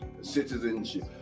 citizenship